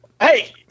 Hey